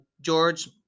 George